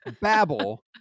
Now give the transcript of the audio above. babble